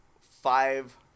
five